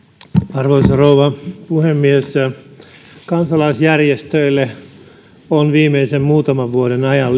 arvoisa rouva puhemies kansalaisjärjestöille on viimeisen muutaman vuoden ajan